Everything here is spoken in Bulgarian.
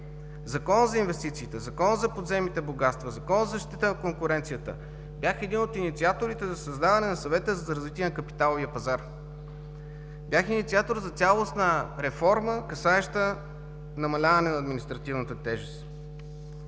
Законът за инвестициите, Законът за подземните богатства, Законът за защита на конкуренцията. Бях един от инициаторите на създаването на Съвета за развитие на капиталовия пазар. Бях инициатор за цялостна реформа, касаеща намаляване на административната тежест.